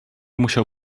musiał